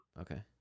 Okay